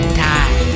time